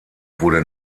wurde